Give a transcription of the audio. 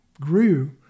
grew